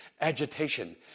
agitation